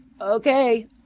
okay